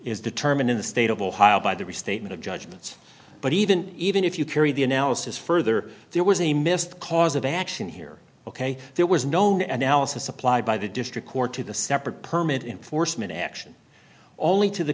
is determined in the state of ohio by the restatement of judgments but even even if you carry the analysis further there was a missed cause of action here ok that was known and alice was supplied by the district court to the separate permit enforcement action only to the